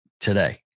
today